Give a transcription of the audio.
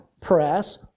press